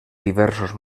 diversos